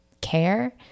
care